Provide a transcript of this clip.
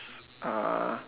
uh